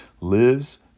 lives